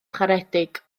charedig